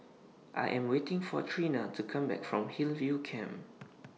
I Am waiting For Trena to Come Back from Hillview Camp